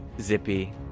Zippy